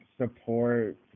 support